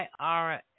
IRS